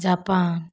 Japan